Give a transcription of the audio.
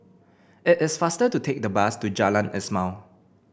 it is faster to take the bus to Jalan Ismail